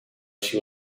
she